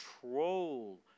control